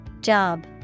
Job